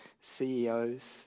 CEOs